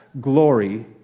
glory